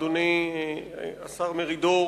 אדוני השר מרידור.